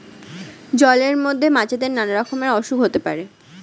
জলের মধ্যে মাছেদের নানা রকমের অসুখ হতে পারে